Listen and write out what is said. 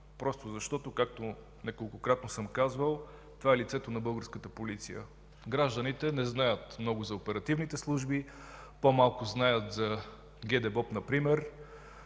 ни, защото, както неколкократно съм казвал, това е лицето на българската полиция. Гражданите не знаят много за оперативните служби, по-малко знаят например